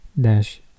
dash